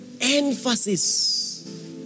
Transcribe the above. Emphasis